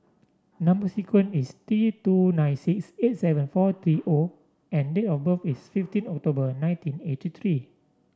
number sequence is T two nine six eight seven four three O and date of birth is fifteen October nineteen eighty three